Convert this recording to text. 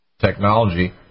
technology